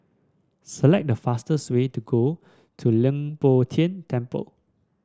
select the fastest way to go to Leng Poh Tian Temple